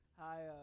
Hi